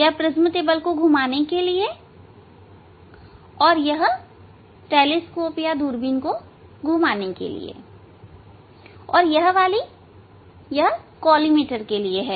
यह prism table को घुमाने के लिए है और यह दूरबीन को घुमाने के लिए और यह वाली कॉलीमेटर के लिए है